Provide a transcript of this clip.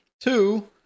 Two